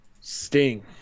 Sting